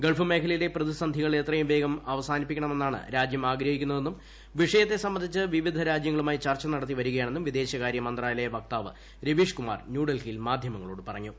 Gulf മേഖലയിലെ പ്രതിസന്ധികൾ എത്രയുംവേഗം അവസാനിക്കണമെന്നാണ് രാജ്യം ആഗ്രഹിക്കുന്നതെന്നും വിഷയത്തെ സംബന്ധിച്ച് വിവിധ രാജ്യങ്ങളുമായി ചർച്ച നടത്തി വരികയാണെന്നും വിദേശകാര്യ മന്ത്രാലയ വക്താവ് രവീഷ്കുമാർ ന്യൂഡൽഹിയിൽ മാധ്യമങ്ങളോട് പറഞ്ഞു